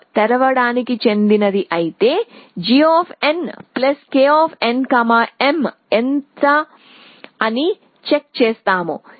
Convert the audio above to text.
m తెరవడానికి చెందినది అయితే gKnm ఎంత అని చెక్ చేస్తాము